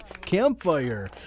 campfire